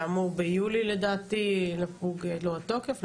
שאמור ביולי לדעתי לפוג לו התוקף.